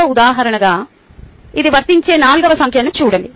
ఒక ఉదాహరణగా ఇది వర్తించే నాలుగవ సంఖ్యను చూడండి